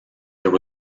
there